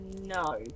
No